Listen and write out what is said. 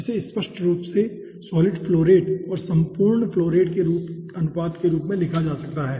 इसे स्पष्ट रूप से सॉलिड फ्लो रेट और सम्पूर्ण फ्लो रेट के अनुपात के रूप में लिखा जा सकता है